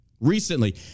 recently